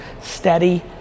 steady